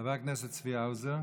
חבר הכנסת צבי האוזר,